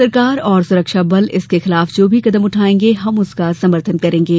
सरकार और सुरक्षाबल इसके खिलाफ जो भी कदम उठायेंगे हम उसका समर्थन करेंगे